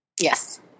Yes